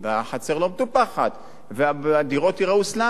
החצר לא תהיה מטופחת והדירות ייראו סלאמס,